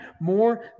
more